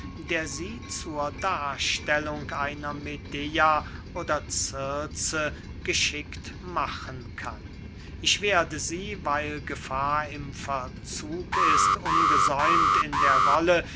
der sie zur darstellung einer medea oder circe geschickt machen kann ich werde sie weil gefahr im verzug ist ungesäumt in der rolle